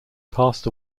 passed